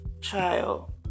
child